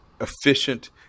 efficient